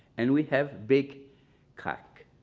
and we have big crack.